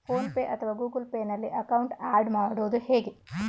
Phone pay ಅಥವಾ Google Pay ನಲ್ಲಿ account add ಮಾಡುವುದು ಹೇಗೆ?